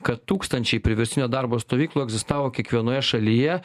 kad tūkstančiai priverstinio darbo stovyklų egzistavo kiekvienoje šalyje